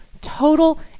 total